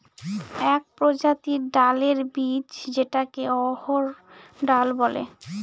এক প্রজাতির ডালের বীজ যেটাকে অড়হর ডাল বলে